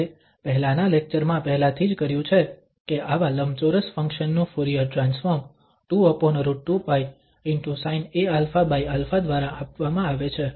આપણે પહેલાના લેક્ચરમાં પહેલાથી જ કર્યું છે કે આવા લંબચોરસ ફંક્શન નું ફુરીયર ટ્રાન્સફોર્મ 2√2π ✕ sinaαα દ્વારા આપવામાં આવે છે